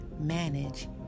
manage